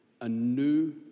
anew